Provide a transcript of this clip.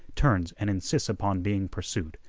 turns and insists upon being pursued.